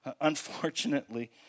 Unfortunately